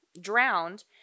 drowned